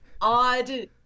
odd